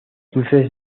cruces